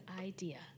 idea